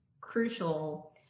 crucial